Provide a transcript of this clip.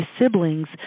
siblings